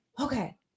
okay